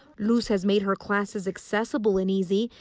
luz has made her classes accessible and easy,